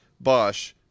Bosch